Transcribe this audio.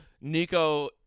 Nico